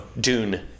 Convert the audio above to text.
Dune